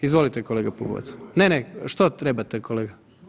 Izvolite kolega Pupavac, ne, ne što trebate kolega.